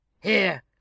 Here